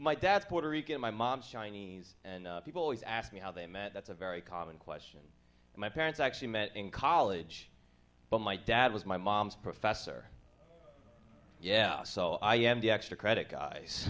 my dad puerto rican my mom chinese and people always ask me how they met that's a very common question my parents actually met in college but my dad was my mom's professor yeah so i am the extra credit guys